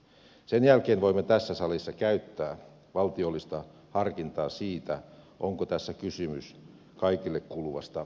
sen jälkeen voimme tässä salissa käyttää valtiollista harkintaa siitä onko tässä kysymys kaikille kuuluvasta perusoikeudesta